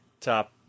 top